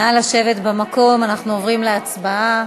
נא לשבת במקום, אנחנו עוברים להצבעה.